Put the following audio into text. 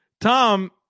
Tom